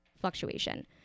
fluctuation